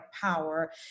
power